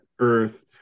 earth